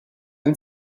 and